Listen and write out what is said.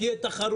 כדי שתהיה תחרות,